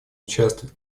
участвует